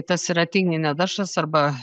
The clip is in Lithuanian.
tas yra tinginio daržas arba